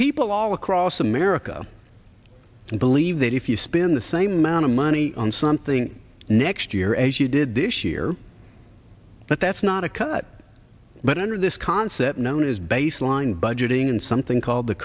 people all across america believe that if you spend the same amount of money on something next year as you did this year that that's not a cut but under this concept known as baseline budgeting and something called the